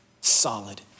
solid